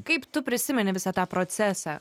kaip tu prisimeni visą tą procesą